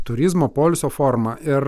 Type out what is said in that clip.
turizmo poilsio forma ir